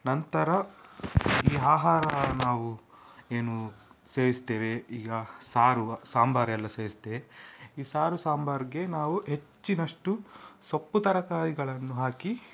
ನಂತರ ಈ ಆಹಾರ ನಾವು ಏನು ಸೇವಿಸ್ತೇವೆ ಈಗ ಸಾರು ವ ಸಾಂಬಾರ್ ಎಲ್ಲ ಸೇವಿಸ್ತೇವೆ ಈ ಸಾರು ಸಾಂಬಾರಿಗೆ ನಾವು ಹೆಚ್ಚಿನಷ್ಟು ಸೊಪ್ಪು ತರಕಾರಿಗಳನ್ನು ಹಾಕಿ